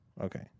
Okay